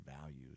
values